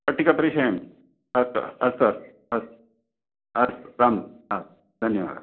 पट्टिका प्रेषयामि अस्तु अस्तु अस्तु अस्तु रां रां धन्यवादः